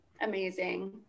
Amazing